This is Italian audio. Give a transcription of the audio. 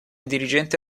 dirigente